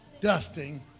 Dusting